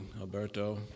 Alberto